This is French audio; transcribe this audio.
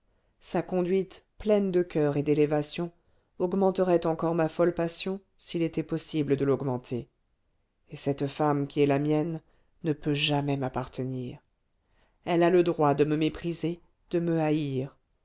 sa conduite pleine de coeur et d'élévation augmenterait encore ma folle passion s'il était possible de l'augmenter et cette femme qui est la mienne ne peut jamais m'appartenir elle a le droit de me mépriser de me haïr